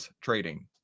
trading